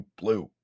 blue